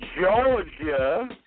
Georgia